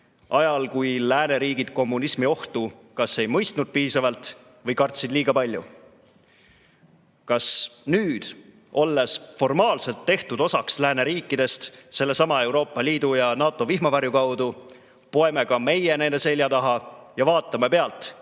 ajal, kui lääneriigid kommunismiohtu kas ei mõistnud piisavalt või kartsid liiga palju. Kas nüüd, olles formaalselt tehtud osaks lääneriikidest sellesama Euroopa Liidu ja NATO vihmavarju kaudu, poeme meiegi nende selja taha ja vaatame pealt,